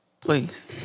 Please